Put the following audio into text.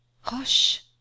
Hush